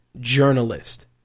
journalist